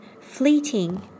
fleeting